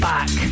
Back